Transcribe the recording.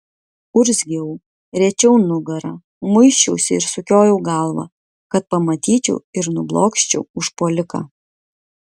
urzgiau riečiau nugarą muisčiausi ir sukiojau galvą kad pamatyčiau ir nublokščiau užpuoliką